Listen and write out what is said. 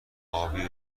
آبی